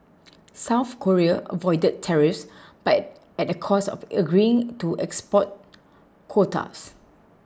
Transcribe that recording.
South Korea avoided tariffs but at a cost of agreeing to export quotas